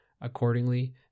Accordingly